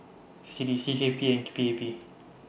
C D C K P E and P A P